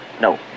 No